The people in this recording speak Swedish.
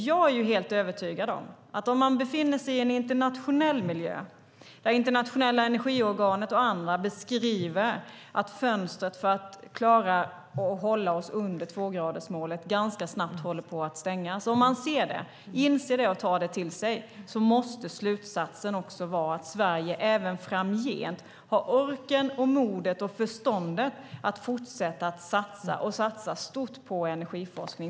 Jag är helt övertygad om att om man befinner sig i en internationell miljö, där Internationella energiorganet och andra beskriver att fönstret för att klara och hålla oss under tvågradersmålet ganska snabbt håller på att stängas, ser detta och tar det till sig måste slutsatsen också vara att Sverige även framgent har orken, modet och förståndet att fortsätta satsa stort på energiforskning.